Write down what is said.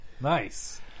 Nice